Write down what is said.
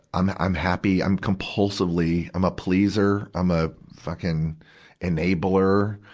i'm, i'm happy, i'm compulsively, i'm a pleaser. i'm a fucking enabler.